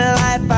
life